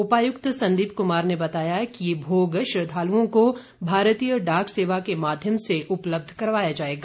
उपायुक्त संदीप कुमार ने बताया कि ये भोग श्रद्धालुओं को भारतीय डाक सेवा के माध्यम से उपलब्ध करवाया जाएगा